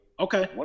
Okay